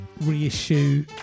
reissue